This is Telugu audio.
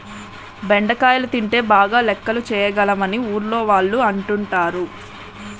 బెండకాయలు తింటే బాగా లెక్కలు చేయగలం అని ఊర్లోవాళ్ళు అంటుంటారు